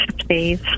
please